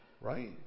Right